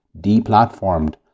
deplatformed